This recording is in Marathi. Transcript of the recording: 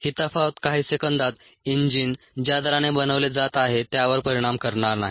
ही तफावत काही सेकंदात इंजिन ज्या दराने बनवले जात आहे त्यावर परिणाम करणार नाही